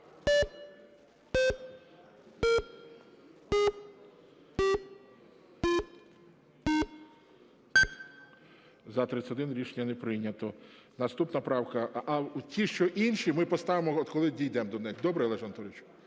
За-31 Рішення не прийнято. Наступна правка. А ті, що інші, ми поставимо, от коли дійдемо до них. Добре, Олеже Анатолійовичу?